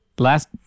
Last